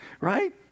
Right